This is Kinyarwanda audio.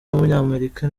w’umunyamerika